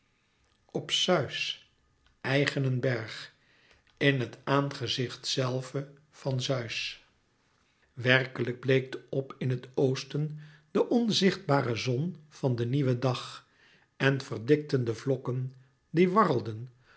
op zeus eigenen berg in het aangezicht zelve van zeus werkelijk bleekte op in het oosten de onzichtbare zon van den nieuwen dag en verdikten de vlokken die warrelden